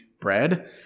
bread